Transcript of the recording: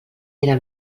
era